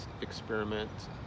experiment